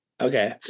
Okay